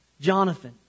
Jonathan